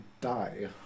die